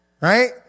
Right